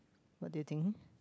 what do you think